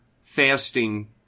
fasting